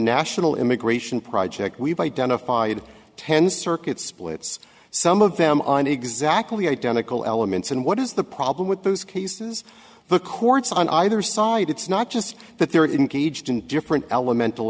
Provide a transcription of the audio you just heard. national immigration project we've identified ten circuit splits some of them on exactly identical elements and what is the problem with those cases the courts on either side it's not just that they're engaged in different elemental